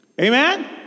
Amen